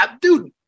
Dude